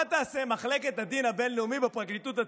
מה תעשה מחלקת הדין הבין-לאומי בפרקליטות הצבאית,